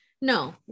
No